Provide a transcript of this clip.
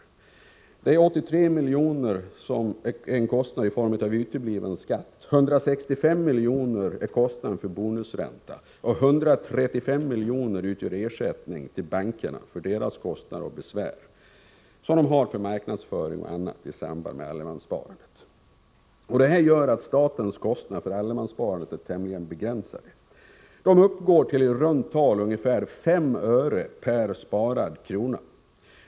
Därav utgör 83 miljoner utebliven skatt, 165 miljoner är kostnaden för bonusränta, och 135 miljoner utgör ersättning till bankerna för deras kostnader och besvär för marknadsföring och annat i samband med allemanssparandet. Detta gör att statens kostnader för allemanssparandet är tämligen begränsade. De uppgår till i runt tal 5 öre per sparad krona.